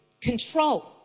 control